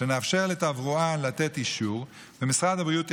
לתת אישור כמובן,